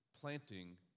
planting